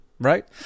Right